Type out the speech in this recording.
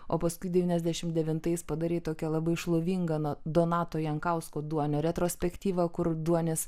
o paskui devyniasdešimt devintais padarei tokią labai šlovingą donato jankausko duonio retrospektyvą kur duonis